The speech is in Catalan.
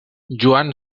joan